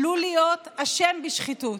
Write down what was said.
עלול להיות, אשם בשחיתות.